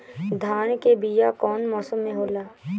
धान के बीया कौन मौसम में होला?